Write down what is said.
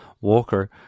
Walker